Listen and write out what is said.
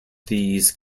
these